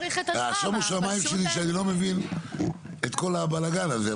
השומו שמיים שלי שאני לא מבין את כל הבלגן הזה,